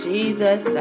Jesus